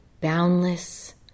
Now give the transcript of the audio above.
boundless